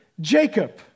Jacob